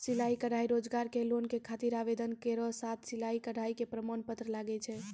सिलाई कढ़ाई रोजगार के लोन के खातिर आवेदन केरो साथ सिलाई कढ़ाई के प्रमाण पत्र लागै छै?